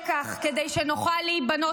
הכניס גורמים עבריינים לתוך הממשלה,